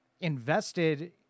invested